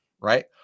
right